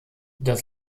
das